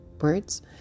words